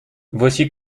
voici